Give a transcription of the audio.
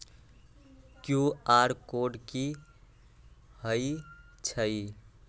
QR कोड कि हई छई?